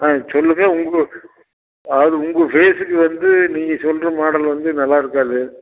ஆ சொல்லுங்கள் உங்களோ அதாவது உங்கள் ஃபேஸுக்கு வந்து நீங்கள் சொல்கிற மாடல் வந்து நல்லா இருக்காது